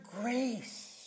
grace